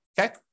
okay